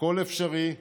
הכול אפשרי,